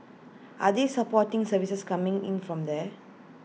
are this supporting services coming in from there